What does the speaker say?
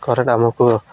current ଆମକୁ